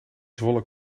zwolle